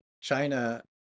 China